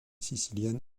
sicilienne